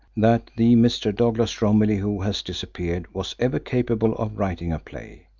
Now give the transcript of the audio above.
that the mr. douglas romilly who has disappeared was ever capable of writing a play.